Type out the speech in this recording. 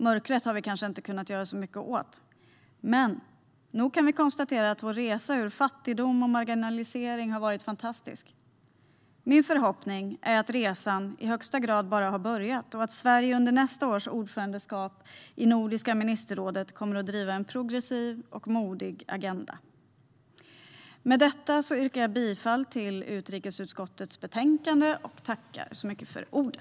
Mörkret har vi kanske inte kunnat göra så mycket åt. Men vår resa ur fattigdom och marginalisering har varit fantastisk. Min förhoppning är att resan bara har börjat och att Sverige under nästa års ordförandeskap i Nordiska ministerrådet kommer att driva en progressiv och modig agenda. Med detta yrkar jag bifall till förslaget i utrikesutskottets betänkande.